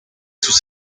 sus